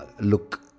look